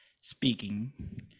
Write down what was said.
speaking